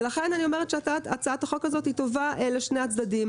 לכן אני אומרת שהצעת החוק הזו טובה לשני הצדדים